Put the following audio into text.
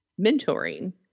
mentoring